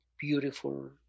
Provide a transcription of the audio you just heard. beautiful